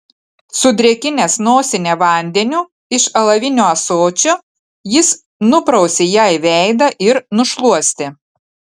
sudrėkinęs nosinę vandeniu iš alavinio ąsočio jis nuprausė jai veidą ir nušluostė